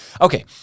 okay